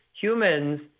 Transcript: humans